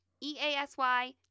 E-A-S-Y